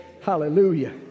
hallelujah